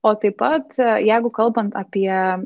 o taip pat jeigu kalbant apie